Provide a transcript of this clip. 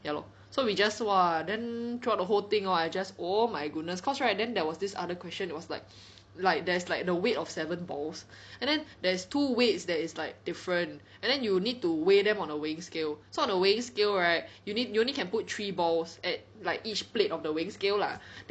ya lor so we just !wah! then throughout the whole thing hor I just oh my goodness cause right then there was this other question it was like like there's like the weight of seven balls and then there's two weights that is like different and then you need to weigh them on a weighing scale so on a weighing scale right you need you only can put three balls at like each plate of the weighing scale lah